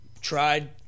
tried